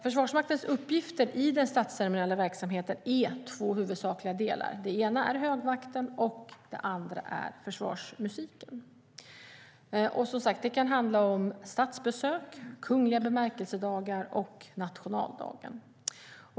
Försvarsmaktens uppgifter i den statsceremoniella verksamheten är alltså två huvudsakliga delar; den ena är högvakten, och den andra är försvarsmusiken. Det kan som sagt handla om statsbesök, eller om kungliga bemärkelsedagar och nationaldagen.